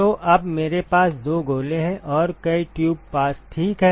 तो अब मेरे पास दो गोले हैं और कई ट्यूब पास ठीक हैं